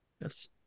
Yes